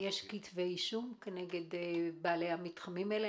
יש כתבי אישום כנגד בעלי המתחמים האלה?